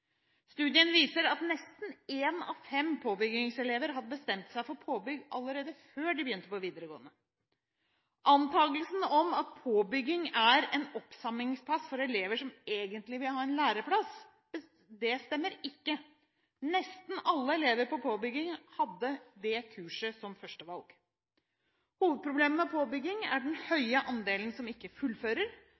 Studien viser at nesten en av fem påbyggelever hadde bestemt seg for å ta påbygg allerede før de begynte på videregående. Antakelsen om at påbygging er en oppsamlingsplass for elever som egentlig vil ha læreplass, stemmer ikke – nesten alle elever på påbygging hadde kurset som førstevalg. Hovedproblemet med påbygging er den høye andelen som ikke fullfører.